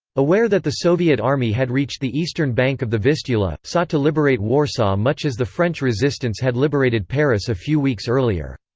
aware that the soviet army had reached the eastern bank of the vistula, sought to liberate warsaw much as the french resistance had liberated paris a few weeks earlier.